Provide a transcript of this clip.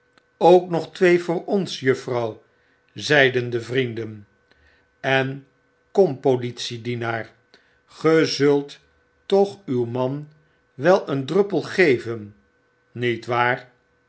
ook nog twee voor onsjuffrouw zeiden de vrienden en kom politiedienaar ge zult toch uw man wel een druppel geven niet waar